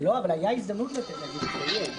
אבל הייתה הזדמנות להגיש הסתייגות.